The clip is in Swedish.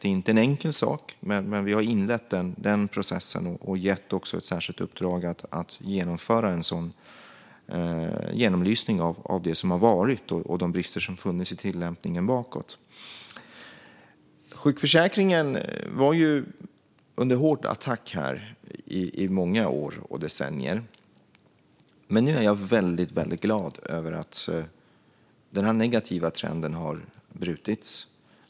Det är inte en enkel sak, men vi har inlett den processen och gett ett särskilt uppdrag för att man ska göra en genomlysning av det som har varit och de brister som har funnits i tillämpningen bakåt i tiden. Sjukförsäkringen var under hård attack i många decennier. Men nu är jag väldigt glad över att denna negativa trend har brutits.